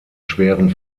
schweren